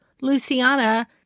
Luciana